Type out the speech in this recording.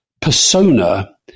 persona